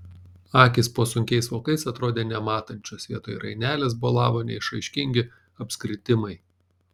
akys po sunkiais vokais atrodė nematančios vietoj rainelės bolavo neišraiškingi apskritimai